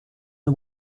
the